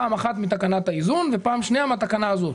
פעם אחת מתקנת האיזון ופעם שנייה מהתקנה הזאת.